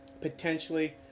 potentially